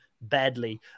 badly